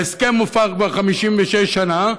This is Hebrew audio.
ההסכם מופר כבר 56 שנה.